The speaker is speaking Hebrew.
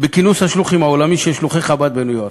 בכינוס השלוחים העולמי של חב"ד בניו-יורק.